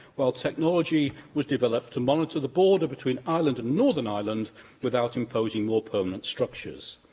while technology was developed to monitor the border between ireland and northern ireland without imposing more permanent structures.